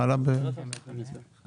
להגיד לנו מה עלה?